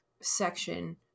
section